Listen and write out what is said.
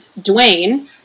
Dwayne